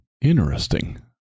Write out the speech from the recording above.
Interesting